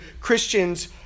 Christians